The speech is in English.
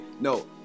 No